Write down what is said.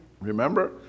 Remember